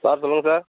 sir சொல்லுங்க sir